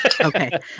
Okay